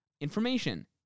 Information